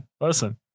Listen